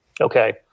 Okay